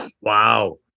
Wow